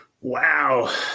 Wow